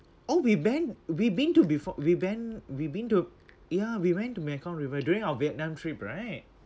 oh we've ben~ we've been to before we ben~ we've been to ya we went to mekong river during our vietnam trip right